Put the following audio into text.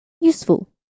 useful